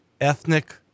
ethnic